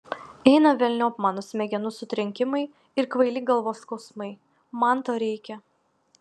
eina velniop mano smegenų sutrenkimai ir kvaili galvos skausmai man to reikia